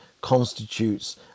constitutes